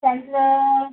त्यांचं